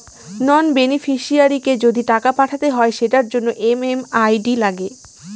নন বেনিফিশিয়ারিকে যদি টাকা পাঠাতে হয় সেটার জন্য এম.এম.আই.ডি লাগে